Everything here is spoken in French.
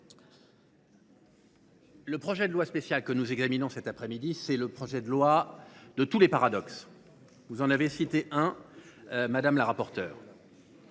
le projet de loi spéciale que nous examinons cet après midi est le texte de tous les paradoxes ; vous en avez cité un, madame la rapporteure